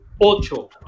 Ocho